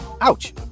Ouch